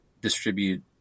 distribute